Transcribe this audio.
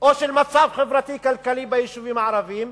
או של מצב חברתי-כלכלי ביישובים הערביים,